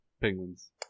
Penguins